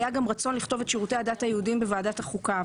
היה גם רצון לכתוב את שירותי הדת היהודיים בוועדת החוקה.